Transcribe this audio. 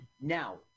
now